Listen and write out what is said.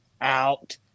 out